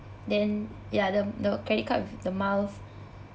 then ya the the credit card with the miles